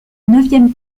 neuvième